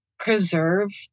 preserve